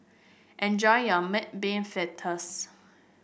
enjoy your Mung Bean Fritters